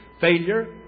Failure